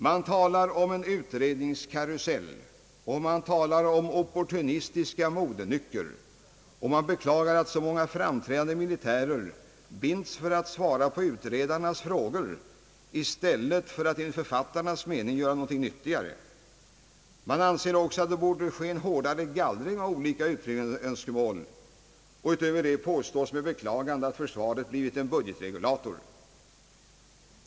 Man talar om en »utredningskarusell» och »opportunistiska modenycker» och man beklagar att så många framträdande militärer binds för att svara på utredarnas frågor i stället för att, enligt författarnas mening, göra något nyttigare. Man anser också att det borde ske en hårdare gallring av olika utredningsönskemål. Utöver detta påstås med beklagande att försvaret blivit en budgetregulator.